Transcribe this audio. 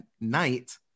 night